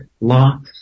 law